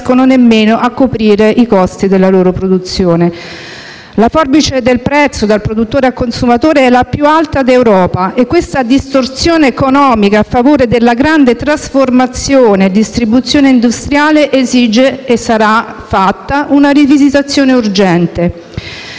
Grazie a tutti.